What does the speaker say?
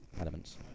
elements